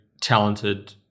talented